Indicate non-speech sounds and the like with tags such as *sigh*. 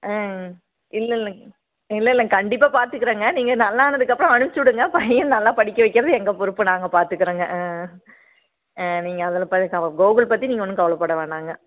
ஆ இல்லல்லைங்க இல்லைல்ல கண்டிப்பாக பார்த்துக்கறேங்க நீங்கள் நல்லானதுக்கப்பறம் அனுப்பிச்சி விடுங்க பையன நல்லா படிக்க வைக்கிறது எங்கள் பொறுப்பு நாங்கள் பார்த்துக்கறோங்க ஆ ஆ நீங்கள் அதில் *unintelligible* கோகுல் பற்றி நீங்கள் ஒன்னும் கவலப்படை வேணுணாங்க